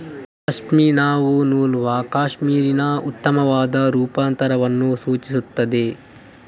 ಪಶ್ಮಿನಾವು ನೂಲುವ ಕ್ಯಾಶ್ಮೀರಿನ ಉತ್ತಮವಾದ ರೂಪಾಂತರವನ್ನು ಸೂಚಿಸುತ್ತದೆ